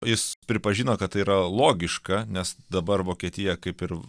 jis pripažino kad tai yra logiška nes dabar vokietija kaip ir